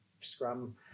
scrum